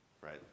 Right